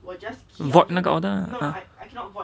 void 那个 order lah uh